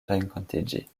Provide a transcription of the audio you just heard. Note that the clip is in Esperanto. renkontiĝi